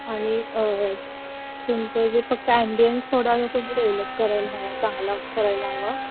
आणि तुमचं जे फक्त ॲम्बियन्स थोडासा तुम्ही डेव्हलप करायला हवा चांगला करायला हवा